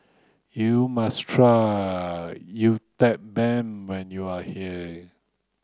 you must try Uthapam when you are here